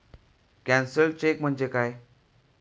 Cancelled cheque म्हणजे काय?